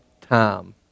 time